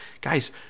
Guys